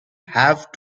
have